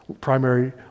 primary